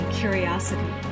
curiosity